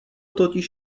totiž